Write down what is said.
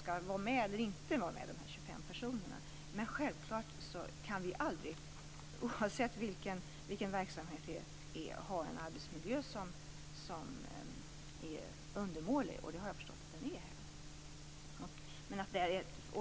skall vara med eller inte vara med. Oavsett vilken verksamhet det är kan vi inte ha en arbetsmiljö som är undermålig, och det har jag förstått att den är.